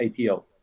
ATO